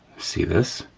see this,